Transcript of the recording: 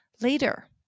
later